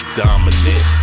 dominant